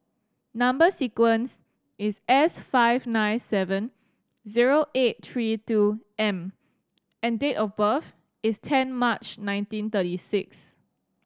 number sequence is S five nine seven zero eight three two M and date of birth is ten March nineteen thirty six